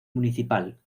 municipal